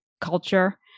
culture